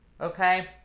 Okay